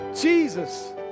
Jesus